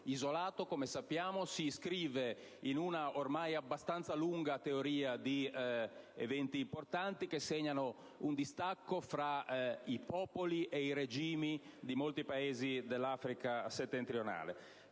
isolato, come sappiamo. Si inscrive in una ormai abbastanza lunga teoria di eventi importanti che segnano un distacco tra i popoli ed i regimi di molti Paesi dell'Africa settentrionale.